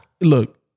Look